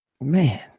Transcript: Man